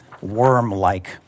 worm-like